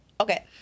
Okay